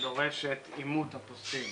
שדורשת אימות אפוסטיל,